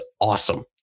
awesome